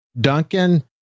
Duncan